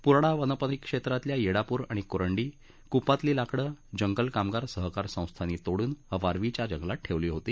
पुराडा वन परिक्षेत्रातल्या येडापूर आणि कुरंडी कुपातली लाकडं जंगल कामगार सहकारी संस्थांनी तोडून वारवीच्या जंगलात ठेवली होती